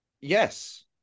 yes